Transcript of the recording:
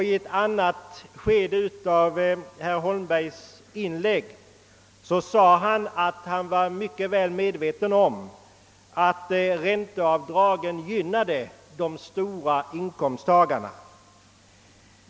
I en annan del av sitt inlägg framhöll herr Holmberg att han var mycket väl medveten om att ränteavdragen gynnar de stora inkomsttagarna.